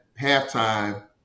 halftime